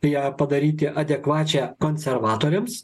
ją padaryti adekvačią konservatoriams